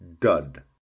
Dud